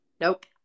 Nope